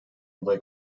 aday